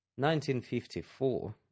1954